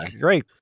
great